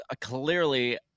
clearly